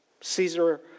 Caesar